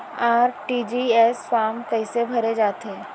RTGS form कइसे भरे जाथे?